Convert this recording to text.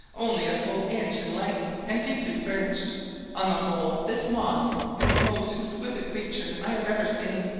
only a full inch in length and deeply fringed on the whole this moth is the most exquisite creature i have ever seen.